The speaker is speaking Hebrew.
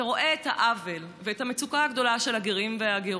אתה רואה את העוול ואת המצוקה הגדולה של הגרים והגרות,